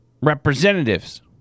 representatives